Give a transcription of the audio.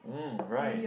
mm right